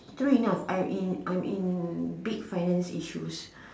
true enough I'm in I'm in big finance issues